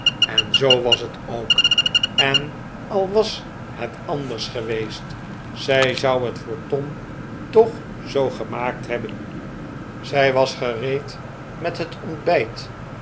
en zoo was het ook en al was het anders geweest zij zou het voor tom toch zoo gemaakt hebben zij was gereed met het ontbijt